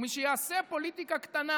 ומי שיעשה פוליטיקה קטנה